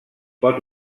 pot